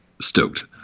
Stoked